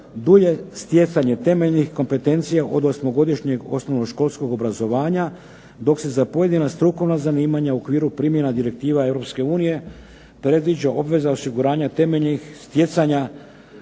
dulje stjecanje temeljenih kompetencija od osmogodišnjeg osnovnoškolskog obrazovanja, dok se za pojedina strukovna zanimanja u okviru primjena direktiva Europske unije predviđa obveza osiguranja temeljnih stjecanja